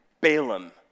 Balaam